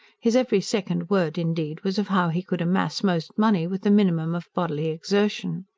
his every second word, indeed, was of how he could amass most money with the minimum of bodily exertion.